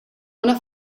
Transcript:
una